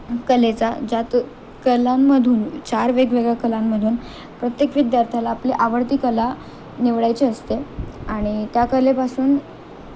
कलेचा ज्यात कलांमधून चार वेगवेगळ्या कलांमधून प्रत्येक विद्यार्थ्याला आपली आवडती कला निवडायची असते आणि त्या कलेपासून